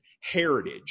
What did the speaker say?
heritage